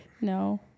no